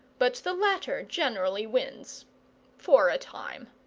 but the latter generally wins for a time.